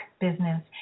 business